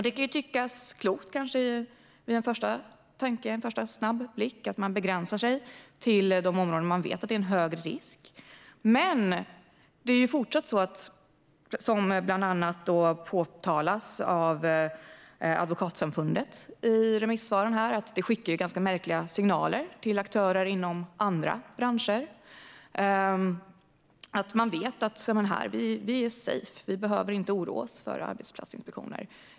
Det kan tyckas klokt vid en första anblick att man begränsar sig till de områden där man vet att det är en hög risk för detta. Men det är fortsatt så, som bland annat påtalas av Advokatsamfundet i remissvaret, att det skickar ganska märkliga signaler till aktörer inom andra branscher som då vet att de är safe och inte behöver oroa sig för arbetsplatsinspektioner.